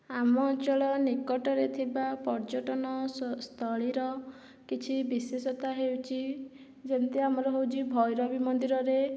ଆମ ଅଞ୍ଚଳ ନିକଟରେ ଥିବା ପର୍ଯ୍ୟଟନସସ୍ଥଳୀର କିଛି ବିଶେଷତା ହେଉଛି ଯେମିତି ଆମର ହେଉଛି ଭୈରବୀ ମନ୍ଦିରରେ